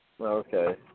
Okay